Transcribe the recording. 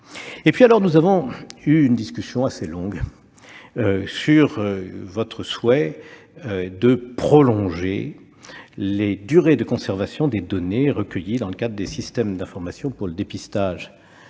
protecteur. Nous avons eu une discussion assez longue sur votre souhait de prolonger les durées de conservation des données recueillies dans le cadre des systèmes d'information pour le dépistage